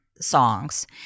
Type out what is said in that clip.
songs